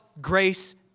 grace